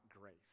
grace